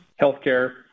healthcare